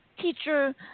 teacher